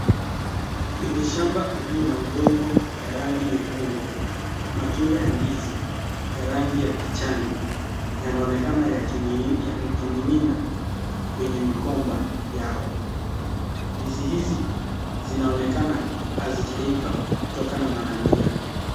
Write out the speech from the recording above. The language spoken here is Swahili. Kwenye shamba uliona udongo ya rangi nyekundu, matunda ya ndizi ya rangi ya kijani yanaonekana yakining'ina kwenye migomba yao. Ndizi hizi zinaonekana hazijaiva kutokana na rangi yake.